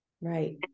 Right